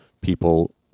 people